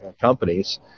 companies